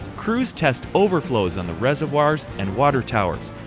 crews test overflows on the reservoirs and water towers.